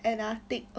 end ah tick